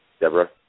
Deborah